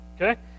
okay